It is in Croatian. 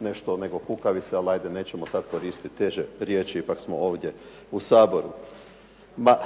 nešto nego kukavice, ali ajde nećemo koristit teže riječi, ipak smo ovdje u Saboru. Ma